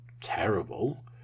terrible